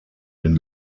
den